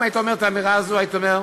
אם היית אומר את האמירה הזו הייתי אומר: